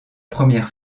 première